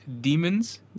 Demons